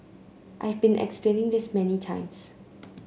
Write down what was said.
I have been explaining this many times